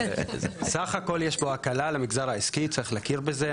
בסך הכול יש פה הקלה למגזר העסקי, צריך להכיר בזה.